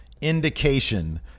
indication